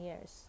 years